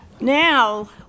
Now